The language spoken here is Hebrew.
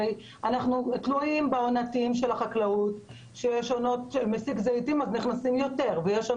הרי אנחנו תלויים בענפים של החקלאות ובענפים אחרים.